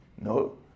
No